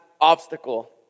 obstacle